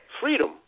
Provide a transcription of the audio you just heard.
Freedom